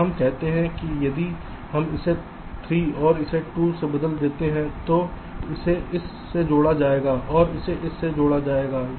यहाँ हम कहते हैं कि यदि हम इसे 3 और इसे 2 से बदल देते हैं तो इसे इस से जोड़ा जाएगा और इसे भी इससे जोड़ा जाएगा